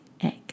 Egg